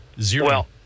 Zero